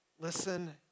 Listen